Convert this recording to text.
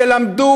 שלמדו,